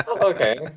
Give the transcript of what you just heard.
Okay